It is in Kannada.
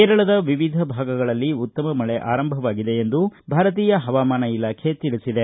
ಕೇರಳದ ವಿವಿಧ ಭಾಗಗಳಲ್ಲಿ ಉತ್ತಮ ಮಳೆ ಆರಂಭವಾಗಿದೆ ಎಂದು ಭಾರತೀಯ ಹವಾಮಾನ ಇಲಾಖೆ ತಿಳಿಬದೆ